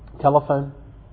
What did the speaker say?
Telephone